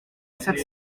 sept